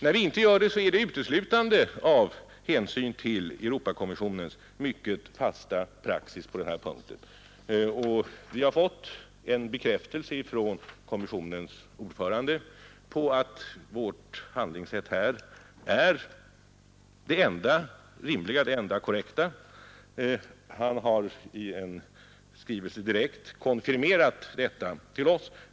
När vi inte gör det, så är det uteslutande av hänsyn till kommissionens mycket fasta praxis på den här punkten. Vi har fått en bekräftelse från kommissionens ordförande på att vårt handlingssätt är det enda rimliga och det enda korrekta. Han har i en skrivelse till oss direkt konfirmerat detta.